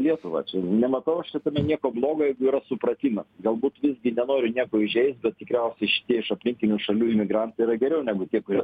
lietuva čia nematau aš šitame nieko blogo jeigu yra supratimas galbūt visgi nenoriu nieko įžeist bet tikriausiai šitie iš aplinkinių šalių imigrantai yra geriau negu tie kurie